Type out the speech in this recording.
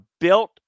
built